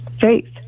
faith